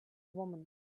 woman